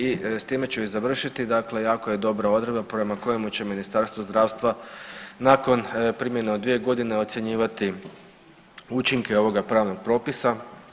I s time ću i završiti, dakle jako je dobra odredba prema kojemu će Ministarstvo zdravstva nakon primjene od dvije godine ocjenjivati učinke ovog pravnog propisa.